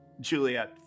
Juliet